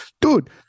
Dude